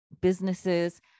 businesses